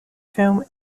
film